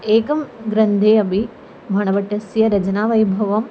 एकं ग्रन्थे अपि भाणभट्टस्य रचनावैभवम्